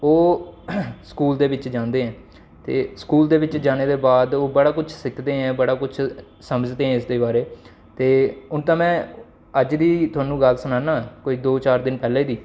ओह् स्कूल दे बिच्च जांदे ऐं ते स्कूल दे बिच्च जाने दे बाद ओह् बड़ा कुछ सिखदे ऐं बड़ा कुछ समझदे ऐं इस दे बारे ते उं'दा में अज्ज दी थुआनू गल्ल सनाना कोई दो चार दिन पैह्ले दी